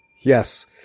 Yes